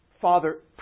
Father